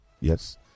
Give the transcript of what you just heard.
yes